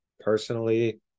Personally